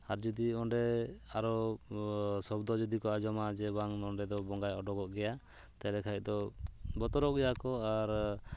ᱟᱨᱡᱩᱫᱤ ᱚᱸᱰᱮ ᱟᱨᱚ ᱥᱚᱵᱫᱚ ᱡᱩᱫᱤ ᱠᱚ ᱟᱸᱡᱚᱢᱟ ᱡᱮ ᱵᱟᱝ ᱱᱚᱸᱰᱮ ᱫᱚ ᱵᱚᱸᱜᱟᱭ ᱩᱰᱩᱠᱚᱜ ᱜᱮᱭᱟ ᱛᱟᱦᱚᱞᱮ ᱠᱷᱟᱱ ᱫᱚ ᱵᱚᱛᱚᱨᱚ ᱜᱮᱭᱟᱠᱚ ᱟᱨ